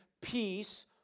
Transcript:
peace